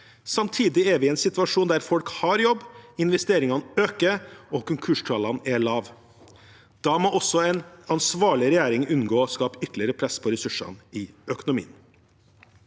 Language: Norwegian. samtidig er vi i en situasjon der folk har jobb, investeringene øker, og konkurstallene er lave. Da må også en ansvarlig regjering unngå å skape ytterligere press på ressursene i økonomien.